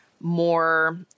more